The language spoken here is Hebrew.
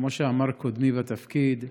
כמו שאמר קודמי בתפקיד,